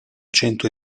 cento